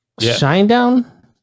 Shinedown